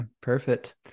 Perfect